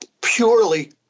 purely